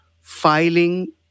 filing